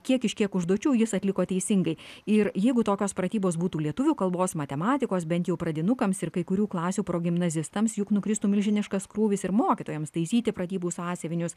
kiek iš kiek užduočių jis atliko teisingai ir jeigu tokios pratybos būtų lietuvių kalbos matematikos bent jau pradinukams ir kai kurių klasių pro gimnazistams juk nukristų milžiniškas krūvis ir mokytojams taisyti pratybų sąsiuvinius